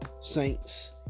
Saints